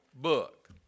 book